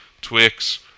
Twix